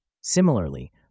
Similarly